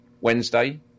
Wednesday